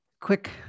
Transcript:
quick